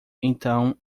então